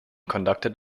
conducted